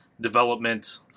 development